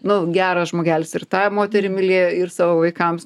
nu geras žmogelis ir tą moterį mylėjo ir savo vaikams